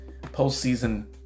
postseason